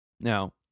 Now